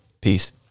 Peace